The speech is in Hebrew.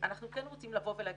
אנחנו כן רוצים לבוא ולהגיד,